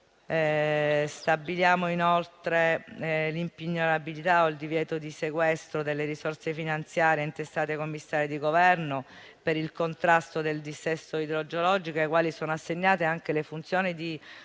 Stabiliamo inoltre l'impignorabilità o il divieto di sequestro delle risorse finanziarie intestate ai commissari di Governo per il contrasto del dissesto idrogeologico, ai quali sono assegnate anche le funzioni di